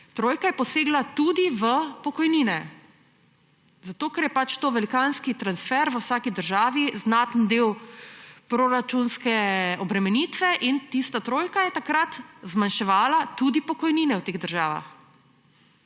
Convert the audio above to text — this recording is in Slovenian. trojka je posegla tudi v pokojnine, ker je pač to velikanski transfer v vsaki državi, znaten del proračunske obremenitve. In tista trojka je takrat zmanjševala tudi pokojnine v teh državah.